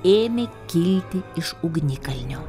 ėmė kilti iš ugnikalnio